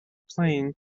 plain